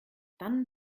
dann